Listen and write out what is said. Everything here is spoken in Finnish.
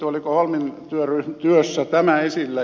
oliko holmin työssä tämä esillä